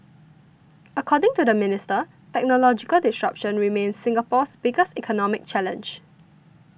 according to the minister technological disruption remains Singapore's biggest economic challenge